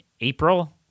April